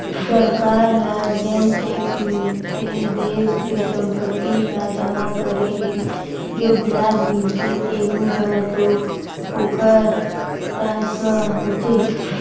सरकार ल जेन टेक्स मिलथे देस के संपत्ति ल जमा करे ले जो बियाज मिलथें तेहू हर तो ओखर राजस्व होथे